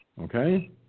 Okay